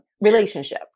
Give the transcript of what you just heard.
relationship